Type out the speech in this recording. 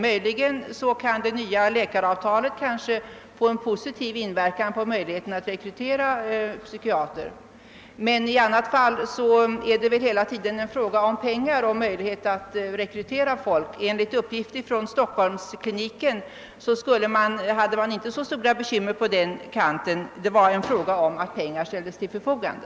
Möjligen kan det nya läkaravtalet få en positiv inverkan på möjligheterna att rekrytera psykiatrer. I annat fall är det väl hela tiden en fråga om pengar och möjlighet att rekrytera personal. Enligt uppgift från Stockholmskliniken var man där inte så pessimistisk till möjligheterna att rekrytera läkare utan det var mera en fråga om att pengar ställdes till förfogande.